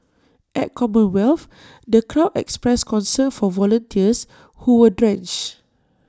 at commonwealth the crowd expressed concern for volunteers who were drenched